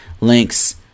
links